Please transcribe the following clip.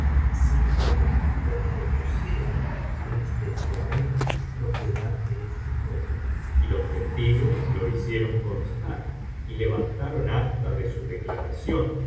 así como cuanto poseo es desde ahora propiedad de este joven y los testigos lo hicieron constar y levantaron acta de su declaración